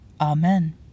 Amen